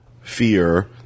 fear